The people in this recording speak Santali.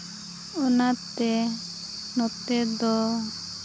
ᱚᱱᱟᱛᱮ ᱱᱚᱛᱮ ᱫᱚ